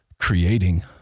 Creating